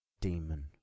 demon